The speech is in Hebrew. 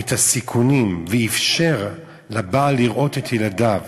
את הסיכונים, ואפשר לבעל לראות את ילדיו,